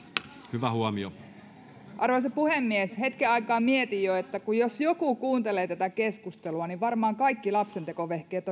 hyvä huomio arvoisa puhemies hetken aikaa mietin jo että jos joku kuuntelee tätä keskustelua niin varmaan kaikki lapsentekovehkeet